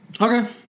okay